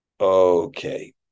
okay